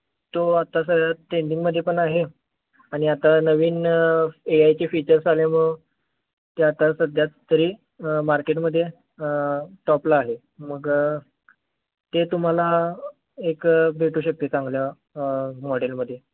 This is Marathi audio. तो आता सर स्टेंडिंगमध्ये पण आहे आणि आता नवीन ए आयचे फीचर्स आल्यामुळे ते आता सध्या तरी मार्केटमध्ये टॉपला आहे मग ते तुम्हाला एक भेटू शकते चांगल्या मॉडेलमध्ये